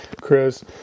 Chris